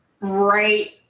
right